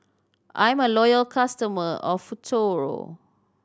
I'm a loyal customer of Futuro